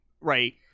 Right